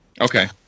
Okay